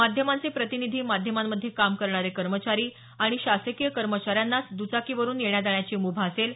माध्यमांचे प्रतिनिधी माध्यमांमध्ये काम करणारे कर्मचारी आणि शासकीय कर्मचाऱ्यांनाच दुचाकीवरुन येण्याजाण्याची मुभा असेल